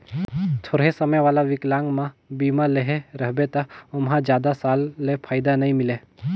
थोरहें समय वाला विकलांगमा बीमा लेहे रहबे त ओमहा जादा साल ले फायदा नई मिले